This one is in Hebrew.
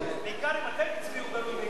בעיקר אם אתם תצביעו בגלוי נגד זה,